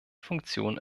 funktion